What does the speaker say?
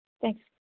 Thanks